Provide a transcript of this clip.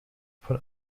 von